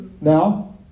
Now